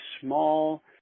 small